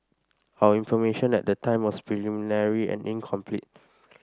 our information at the time was preliminary and incomplete